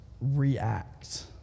react